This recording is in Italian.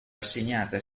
assegnata